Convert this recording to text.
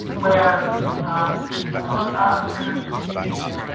where ah things can look arbitrary and capricious.